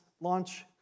launch